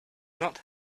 not